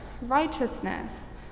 righteousness